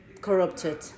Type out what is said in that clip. corrupted